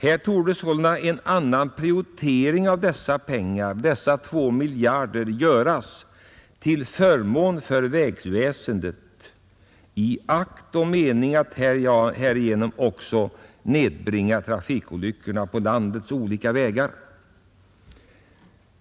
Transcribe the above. Här borde en annan prioritering av dessa 2 miljarder göras till förmån för vägväsendet i akt och mening att därigenom också nedbringa antalet trafikolyckor på landets olika vägar.